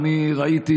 אני לא יודע,